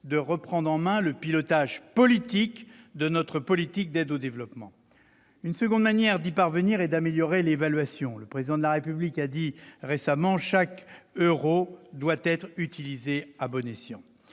de reprendre en main le pilotage politique de notre politique d'aide au développement. Une seconde manière d'y parvenir est d'améliorer l'évaluation. Le Président de la République a dit récemment :« Chaque euro doit être utilisé à bon escient.